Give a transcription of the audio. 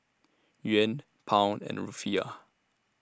Yuan Pound and Rufiyaa